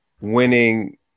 winning